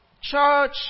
church